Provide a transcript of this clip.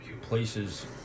places